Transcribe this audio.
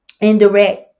indirect